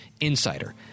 insider